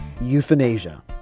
euthanasia